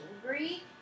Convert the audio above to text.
angry